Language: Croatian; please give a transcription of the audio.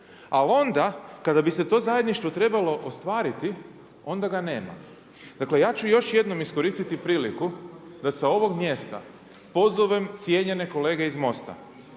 onda, kada bi se to zajedništvo trebalo ostvariti, onda ga nema. Dakle, ja ću još jednom iskoristiti priliku, da sa ovog mjesta, pozovem cijenjene kolege iz Mosta,